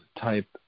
type